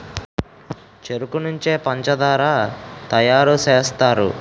చెరుకు నుంచే పంచదార తయారు సేస్తారు